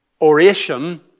oration